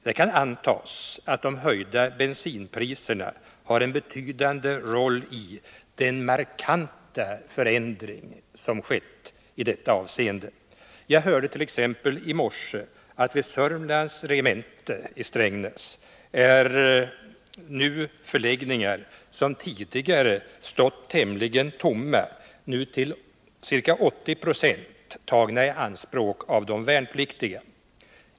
Det kan antas att de höjda bensinpriserna har en betydande roll i den markanta förändring som i detta avseende har skett. Jag hörde t.ex. i morse att förläggningar vid Sörmlands regemente i Strängnäs som tidigare stått tämligen tomma nu till ca 80 7 är tagna i anspråk av de värnpliktiga.